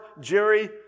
Jerry